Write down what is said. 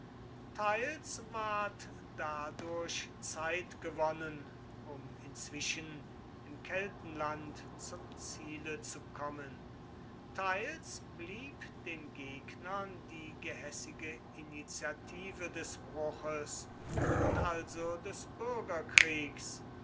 teils ward dadurch zeit gewonnen um inzwischen im keltenland zum ziele zu kommen teils blieb den gegnern die gehässige initiative des bruches und also des bürgerkriegs